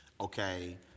Okay